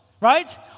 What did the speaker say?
Right